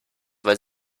weil